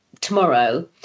tomorrow